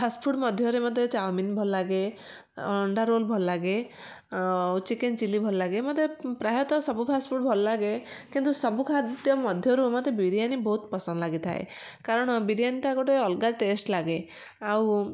first food ମଧ୍ୟରେ ମୋତେ chowmein ଭଲ ଲାଗେ ଆଣ୍ଡା ରୋଲ୍ ଭଲ ଲାଗେ ଚିକେନ୍ ଚିଲି ଭଲଲାଗେ ମତେ ପ୍ରାୟତଃ ସବୁ ଫାଷ୍ଟ୍ ଫୁଡ଼୍ ଭଲଲାଗେ କିନ୍ତୁ ସବୁ ଖାଦ୍ୟ ମଧ୍ୟରୁ ମୋତେ ବିରିୟାନି ବହୁତ ପସନ୍ଦ ଲାଗିଥାଏ କାରଣ ବିରିୟାନିଟା ଗୋଟେ ଅଲଗା ଟେଷ୍ଟ ଲାଗେ ଆଉ